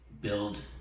build